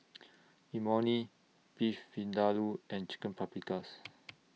Imoni Beef Vindaloo and Chicken Paprikas